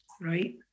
right